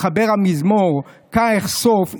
מחבר המזמור יה אכסוף,